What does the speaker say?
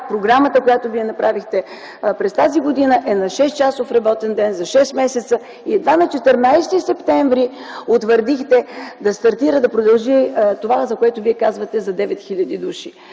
програмата, която Вие направихте през тази година, е на 6-часов работен ден за шест месеца и едва на 14 септември утвърдихте да стартира, да продължи това, за което Вие казвате – за 9 хил. души